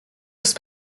ist